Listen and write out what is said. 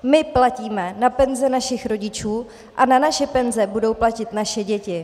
My platíme na penze našich rodičů a na naše penze budou platit naše děti.